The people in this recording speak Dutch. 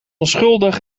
onschuldig